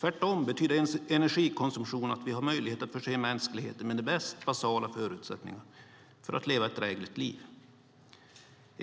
Tvärtom betyder energikonsumtion att vi har möjlighet att förse mänskligheten med de mest basala förutsättningarna för att leva ett drägligt liv.